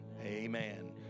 Amen